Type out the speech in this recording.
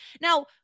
now